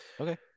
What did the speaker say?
Okay